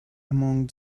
among